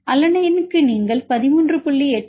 அலனைனுக்கு நீங்கள் 13